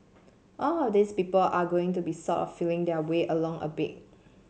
all of these people are going to be sort of feeling their way along a bit